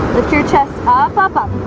your chest off up up